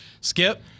Skip